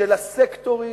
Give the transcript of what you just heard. של הסקטורים,